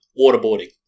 waterboarding